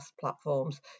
platforms